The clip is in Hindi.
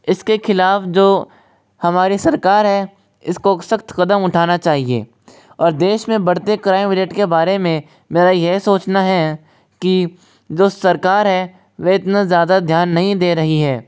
इसके ख़िलाफ़ जो हमारी सरकार है इसको सक़्त कदम उठाना चाहिए और देश में बढ़ते क्राइम रेट के बारे में मेरा यह सोचना है कि जो सरकार है वह इतना ज़्यादा ध्यान नहीं दे रही है